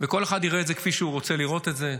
וכל אחד יראה את זה כפי שהוא רוצה לראות את זה.